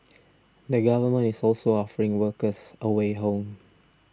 the government is also offering workers a way home